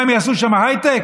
מה, הם יעשו שם הייטק?